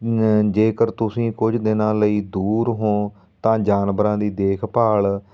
ਜੇਕਰ ਤੁਸੀਂ ਕੁਝ ਦਿਨਾਂ ਲਈ ਦੂਰ ਹੋਂ ਤਾਂ ਜਾਨਵਰਾਂ ਦੀ ਦੇਖਭਾਲ